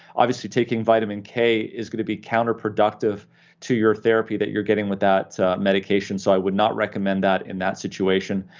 obviously taking vitamin k is going to be counterproductive to your therapy that you're getting with that medication, so i would not recommend that in that situation.